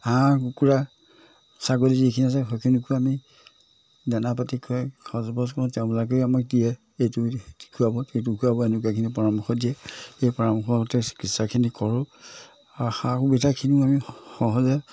হাঁহ কুকুৰা ছাগলী যিখিনি আছে সেইখিনিকো আমি দানা পাতি খুৱাই খৰচ বছ কৰোঁ তেওঁলোকেও আমাক দিয়ে এইটো খুৱাব সেইটো খুৱাব এনেকুৱাখিনি পৰামৰ্শ দিয়ে সেই পৰামৰ্শতে চিকিৎসাখিনি কৰোঁ আৰু সা সুবিধাখিনিও আমি সহজে